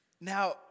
Now